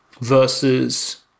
versus